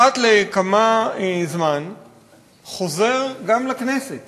אחת לכמה זמן חוזר גם לכנסת